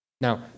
Now